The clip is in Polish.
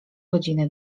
godziny